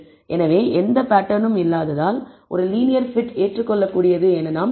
எனவே எந்த பேட்டர்னும் இல்லாததால் ஒரு லீனியர் பிட் ஏற்றுக்கொள்ளக்கூடியது என நாம் சொல்லலாம்